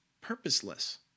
purposeless